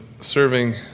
serving